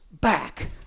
back